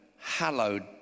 hallowed